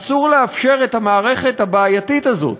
אסור לאפשר את המערכת הבעייתית הזאת,